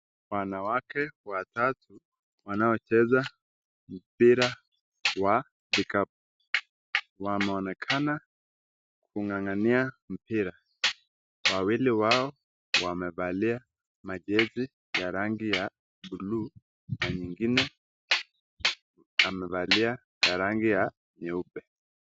Wanawake watatu wanao cheza mpira wa kikapu. Wanaonekana kung'ang'ania mpira. Wawili wao wamevaa majezi ya rangi ya bluu na nyingine amevaa ya rangi ya nyeupe.